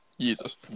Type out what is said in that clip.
Jesus